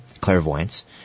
clairvoyance